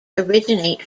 originate